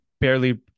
barely